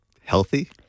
Healthy